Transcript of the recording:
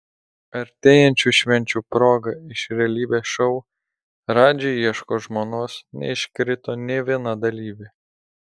artėjančių švenčių proga iš realybės šou radži ieško žmonos neiškrito nė viena dalyvė